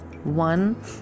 one